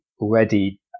already